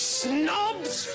snobs